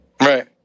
Right